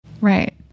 Right